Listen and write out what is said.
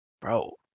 bro